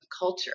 culture